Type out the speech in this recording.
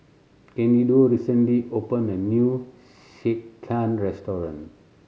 Candido recently opened a new Sekihan restaurant